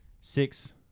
six